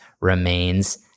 remains